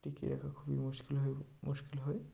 টিকিয়ে রাখা খুবই মুশকিল হয় মুশকিল হয়